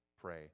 pray